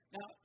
Now